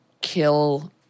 kill